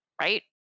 right